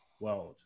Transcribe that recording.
world